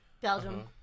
Belgium